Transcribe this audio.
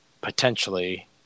potentially